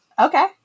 Okay